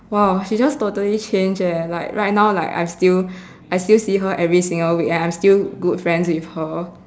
!wow! she just totally change leh like right now like I'm still I still see her every single week and I'm still good friends with her